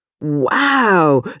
Wow